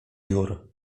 jur